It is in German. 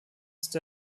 ist